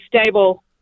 stable